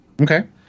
Okay